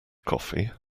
coffee